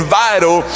vital